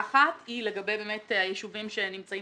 האחת היא לגבי הישובים שנמצאים